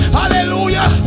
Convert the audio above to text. hallelujah